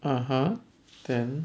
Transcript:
(uh huh) then